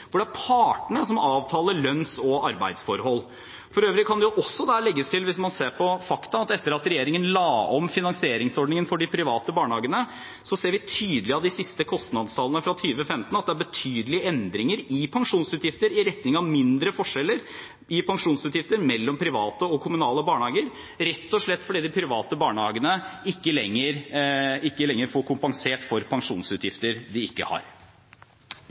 det er partene som avtaler lønns- og arbeidsforhold. For øvrig kan det legges til – hvis man ser på fakta – at etter at regjeringen la om finansieringsordningen for de private barnehagene, ser vi tydelig av de siste kostnadstallene fra 2015 at det er betydelige endringer i pensjonsutgifter i retning av mindre forskjeller i pensjonsutgifter mellom private og kommunale barnehager, rett og slett fordi de private barnehagene ikke lenger får kompensert pensjonsutgifter de ikke har.